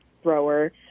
thrower